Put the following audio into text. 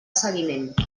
seguiment